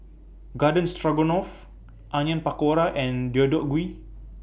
Garden Stroganoff Onion Pakora and Deodeok Gui